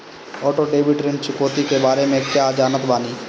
Auto debit ऋण चुकौती के बारे में कया जानत बानी?